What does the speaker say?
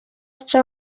aca